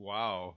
Wow